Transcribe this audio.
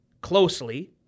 closely